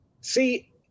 See